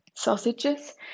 sausages